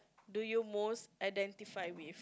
do you most identify with